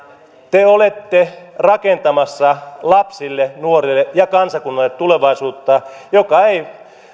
te olette rakentamassa lapsille nuorille ja kansakunnalle tulevaisuutta joka ei